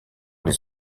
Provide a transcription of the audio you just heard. les